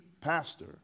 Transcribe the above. pastor